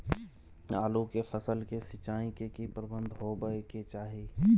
आलू के फसल के सिंचाई के की प्रबंध होबय के चाही?